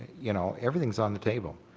you know, everything is on the table.